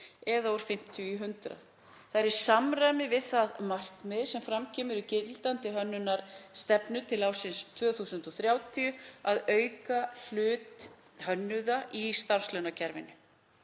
eða úr 50 í 100. Það er í samræmi við það markmið sem fram kemur í gildandi hönnunarstefnu til ársins 2030 að auka hlut hönnuða í starfslauna kerfinu.